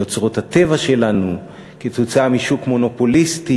מאוצרות הטבע שלנו, בגלל שוק מונופוליסטי,